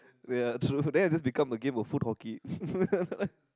ya true then it just becomes a game of foot hockey